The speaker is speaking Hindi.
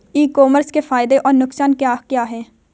ई कॉमर्स के फायदे या नुकसान क्या क्या हैं?